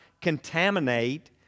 contaminate